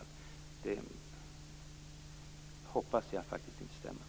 Det hoppas jag faktiskt inte stämmer.